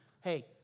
hey